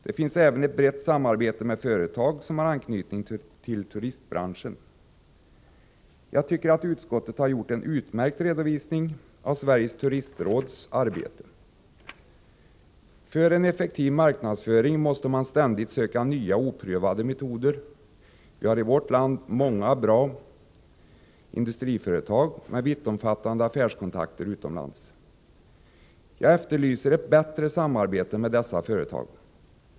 Det finns även ett brett samarbete med företag som har anknytning till turistbranschen. Jag tycker att utskottet har gjort en utmärkt redovisning av Sveriges turistrådsarbete. För en effektiv marknadsföring måste man ständigt söka nya, oprövade metoder. Vi har i vårt land många bra industriföretag med vittomfattande affärskontakter utomlands. Jag efterlyser ett bättre samarbete med dessa företag.